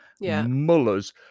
mullers